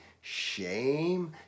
shame